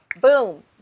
boom